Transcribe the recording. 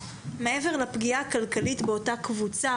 מעבר לפגיעה הכלכלית באותה קבוצה,